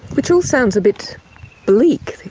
which all sounds a bit bleak.